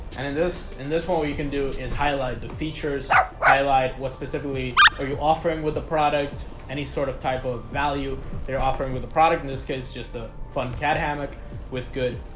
and in this in this one, what you can do is highlight the features highlight what specifically are you offering with the product any sort of type of value? they're offering with the product in this case it's just a fun cat hammock with good